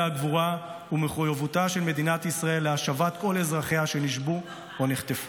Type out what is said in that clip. הגבורה ומחויבותה של מדינת ישראל להשבת כל אזרחיה שנשבו או נחטפו.